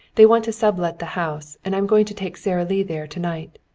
they want to sub-let the house, and i'm going to take sara lee there to-night.